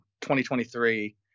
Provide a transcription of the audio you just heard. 2023